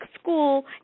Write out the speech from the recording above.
school